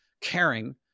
caring